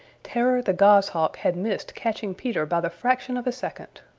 terror the goshawk had missed catching peter by the fraction of a second.